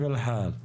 בוקר טוב,